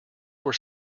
were